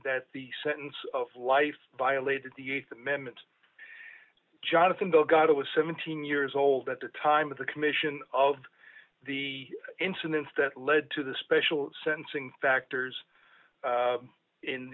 that the sentence of life violated the th amendment jonathan delgado was seventeen years old at the time of the commission of the incidents that led to the special sentencing factors